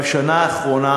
בשנה האחרונה,